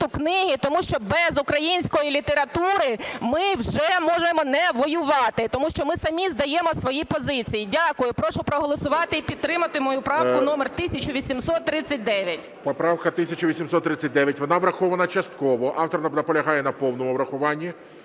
книги, тому що без української літератури ми вже можемо не воювати, тому що ми самі здаємо свої позиції. Дякую. Я прошу проголосувати і підтримати мою правку номер 1839. ГОЛОВУЮЧИЙ. Поправка 1839. Вона врахована частково. Автор наполягає на повному врахуванні.